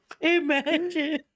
Imagine